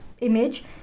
image